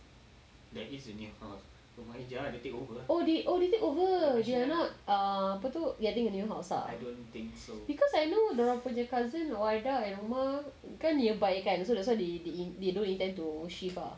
oh they take over they are not err apa tu getting a new house ah because I know the dia orang punya cousin wardah and umar kan nearby kan that's why they don't intend to shift ah